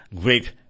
Great